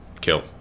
Kill